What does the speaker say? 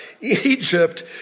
Egypt